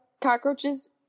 cockroaches